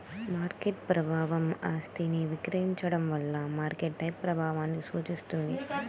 market ప్రభావం ఆస్తిని విక్రయించడం వల్ల మార్కెట్పై ప్రభావాన్ని సూచిస్తుంది